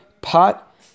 pot